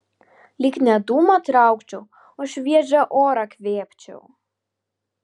lyg ne dūmą traukčiau o šviežią orą kvėpčiau